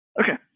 Okay